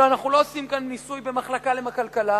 אנחנו לא עושים כאן ניסוי במחלקה לכלכלה,